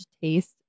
taste